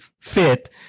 fit